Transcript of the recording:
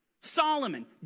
Solomon